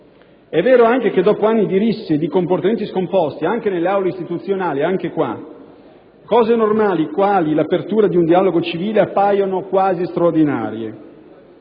È vero anche che dopo anni di risse e di comportamenti scomposti anche nelle Aule istituzionali, anche qui in Senato, cose normali quali l'apertura di un dialogo civile appaiono quasi straordinarie,